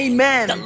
Amen